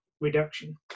reduction